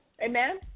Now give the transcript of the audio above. Amen